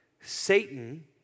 Satan